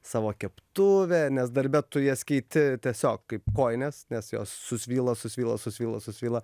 savo keptuvė nes darbe tu jas keiti tiesiog kaip kojines nes jos susvyla susvilo susvilo susvyla